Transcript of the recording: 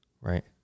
Right